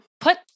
put